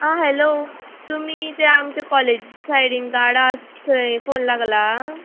आं हॅलो तुमी ते आमचे कॉलेज सायडीन गाडो आस थंय फोन लागला